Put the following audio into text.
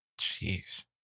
Jeez